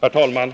Herr talman!